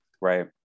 Right